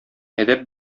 әдәп